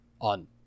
on